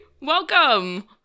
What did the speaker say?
Welcome